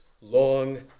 long